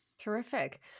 Terrific